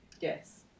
Yes